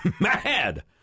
mad